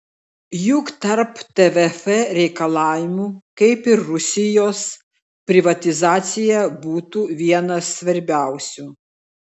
juk tarp tvf reikalavimų kaip ir rusijos privatizacija būtų vienas svarbiausių